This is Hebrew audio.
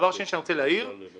דבר שני שאני רוצה להעיר שהתקן